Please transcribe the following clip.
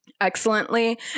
excellently